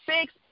six